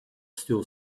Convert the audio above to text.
still